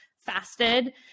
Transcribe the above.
fasted